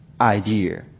idea